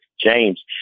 James